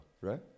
right